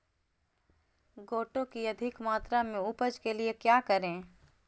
गोटो की अधिक मात्रा में उपज के लिए क्या करें?